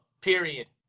Period